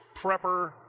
prepper